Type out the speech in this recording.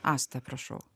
asta prašau